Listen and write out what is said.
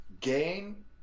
gain